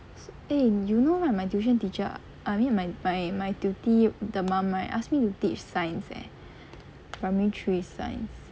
eh you know right my tuition teacher I mean my my my tutee 的 mum asked me to teach science eh primary three science